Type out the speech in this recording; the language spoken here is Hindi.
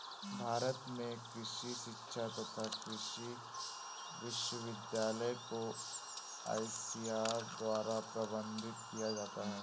भारत में कृषि शिक्षा तथा कृषि विश्वविद्यालय को आईसीएआर द्वारा प्रबंधित किया जाता है